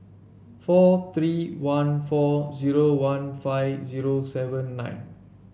four three one four zero one five zero seven nine